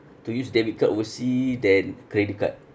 to use debit card oversea than credit card